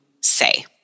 say